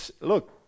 look